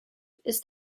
ist